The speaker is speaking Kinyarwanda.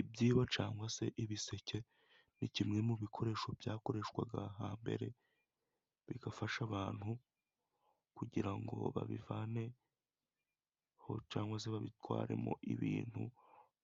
Ibyibo cyangwase, ibiseke ni kimwe mu bikoresho, byakoreshwaga, hambere bigafasha abantu, kugira ngo babivaneho cyangwa se, babitwaremo, ibintu